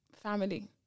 family